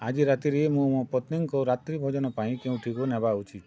ଆଜି ରାତିରେ ମୁଁ ମୋ ପତ୍ନୀଙ୍କୁ ରାତ୍ରୀ ଭୋଜନ ପାଇଁ କେଉଁଠିକୁ ନେବା ଉଚିତ୍